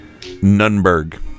Nunberg